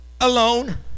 alone